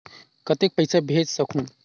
कतेक पइसा भेज सकहुं?